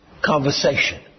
conversation